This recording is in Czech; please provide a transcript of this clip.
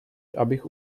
abych